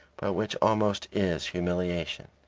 which almost is humiliation.